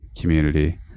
community